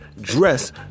dress